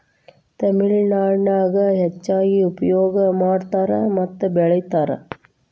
ತಮಿಳನಾಡಿನ್ಯಾಗ ಹೆಚ್ಚಾಗಿ ಉಪಯೋಗ ಮಾಡತಾರ ಮತ್ತ ಬೆಳಿತಾರ